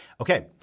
Okay